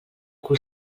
cul